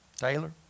Taylor